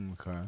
Okay